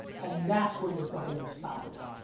and that's where you're fuckin' unstoppable.